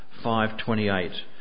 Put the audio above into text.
5.28